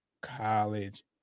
college